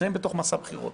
בתוך מסע בחירות.